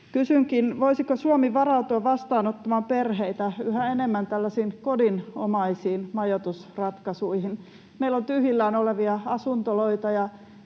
Kysynkin: voisiko Suomi varautua vastaanottamaan perheitä yhä enemmän tällaisiin kodinomaisiin majoitusratkaisuihin? Meillä on tyhjillään olevia asuntoloita